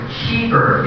cheaper